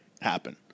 happen